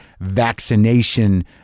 vaccination